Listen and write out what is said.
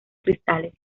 cristales